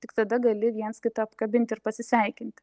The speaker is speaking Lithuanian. tik tada gali viens kitą apkabinti ir pasisveikinti